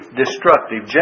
destructive